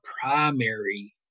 primary